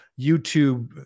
YouTube